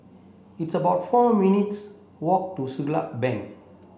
it's about four minutes' walk to Siglap Bank